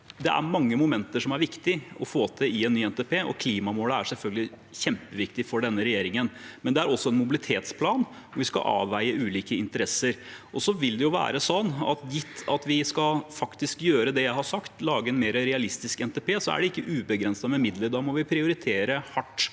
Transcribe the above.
Det er mange momenter som er viktige å få til i en ny NTP. Klimamålene er selvfølgelig kjempeviktige for denne regjeringen, men det er også en mobilitetsplan hvor vi skal avveie ulike interesser. Og gitt at vi faktisk skal gjøre det jeg har sagt, lage en mer realistisk NTP, så er det ikke ubegrenset med midler. Da må vi prioritere hardt,